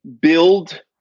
build